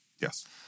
Yes